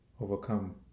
overcome